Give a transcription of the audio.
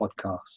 podcast